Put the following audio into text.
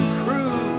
crew